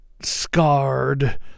scarred